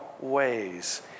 ways